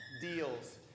deals